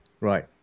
Right